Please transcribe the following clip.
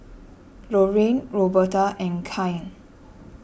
Lorraine Roberta and Kyan